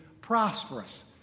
prosperous